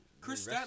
Chris